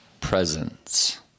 presence